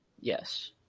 Yes